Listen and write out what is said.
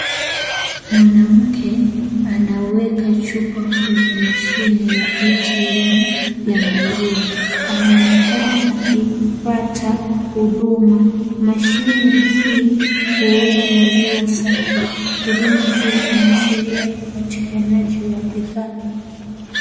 Mwanamke anaweka chupa kwenye mashine ya ATM ya maziwa, anaonekana akipata huduma, mashine hii inauza maziwa safi, huduma hii inaashiria upatikanaji wa bidhaa.